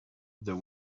the